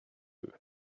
eux